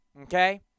Okay